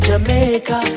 Jamaica